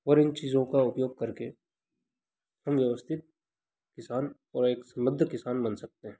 और इन चीजों का उपयोग करके हम व्यवस्थित किसान और एक समृद्ध किसान बन सकते हैं